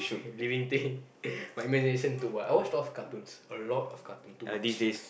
living thing my imagination too much I watch a lot of cartoons a lot of cartoons too much